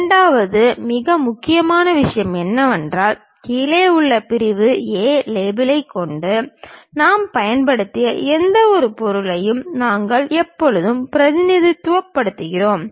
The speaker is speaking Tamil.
இரண்டாவது மிக முக்கியமான விஷயம் என்னவென்றால் கீழேயுள்ள பிரிவு A லேபிளைக் கொண்டு நாம் பயன்படுத்திய எந்தவொரு பகுதியையும் நாங்கள் எப்போதும் பிரதிநிதித்துவப்படுத்துகிறோம்